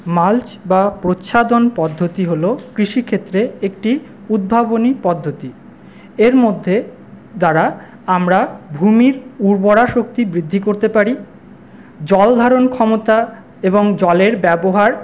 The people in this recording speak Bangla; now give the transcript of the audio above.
মাল্চ বা প্রচ্ছাদন পদ্ধতি হলো কৃষিক্ষেত্রে একটি উদ্ভাবনী পদ্ধতি এর মধ্যে দ্বারা আমরা ভূমির উর্বরা শক্তি বৃদ্ধি করতে পারি জলধারণ ক্ষমতা এবং জলের ব্যবহার